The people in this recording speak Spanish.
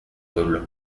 pueblo